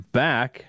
back